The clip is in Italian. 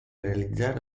realizzare